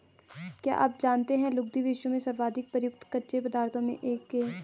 क्या आप जानते है लुगदी, विश्व में सर्वाधिक प्रयुक्त कच्चे पदार्थों में से एक है?